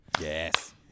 Yes